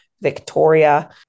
Victoria